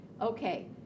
Okay